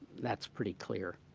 that's pretty clear.